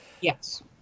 Yes